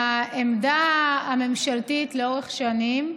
העמדה הממשלתית לאורך שנים,